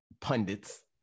pundits